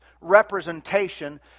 representation